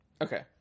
Okay